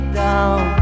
down